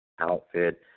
outfit